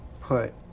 put